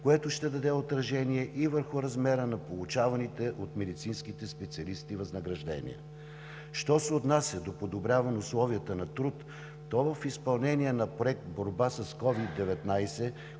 което ще даде отражение и върху размера на получаваните от медицинските специалисти възнаграждения. Що се отнася до подобряване условията на труд, то в изпълнение на проект „Борба с COVID-19“,